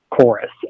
chorus